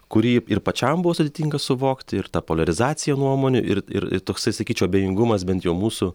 kurį ir pačiam buvo sudėtinga suvokt ir ta poliarizacija nuomonių ir ir ir toksai sakyčiau abejingumas bent jau mūsų